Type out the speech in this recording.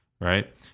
Right